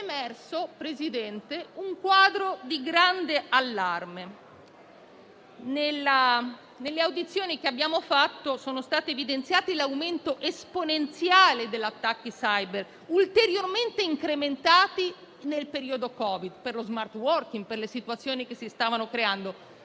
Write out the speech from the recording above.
Presidente, un quadro di grande allarme. Nelle audizioni che abbiamo svolto, è stato evidenziato l'aumento esponenziale degli attacchi cyber, ulteriormente incrementati nel periodo Covid, per lo *smart working* e per le situazioni che si stavano creando.